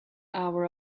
hour